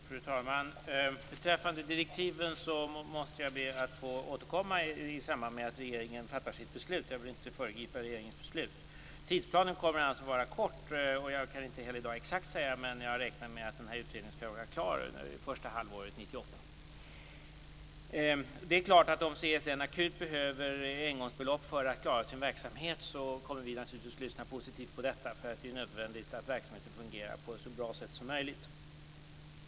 Fru talman! Beträffande direktiven måste jag be att få återkomma i samband med att regeringen fattar sitt beslut. Jag vill inte föregripa regeringens beslut. Tidsplanen kommer att vara kort. Jag kan inte i dag säga exakt när, men jag räknar med att utredningen skall vara klar det första halvåret 1998. Om CSN akut behöver ett engångsbelopp för att klara sin verksamhet kommer vi naturligtvis att lyssna positivt på detta. Det är ju nödvändigt att verksamheten fungerar på ett så bra sätt som möjligt.